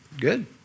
good